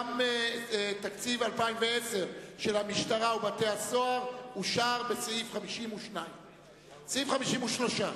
גם תקציב 2010 של המשטרה ובתי-הסוהר אושר בסעיף 52. סעיף 53,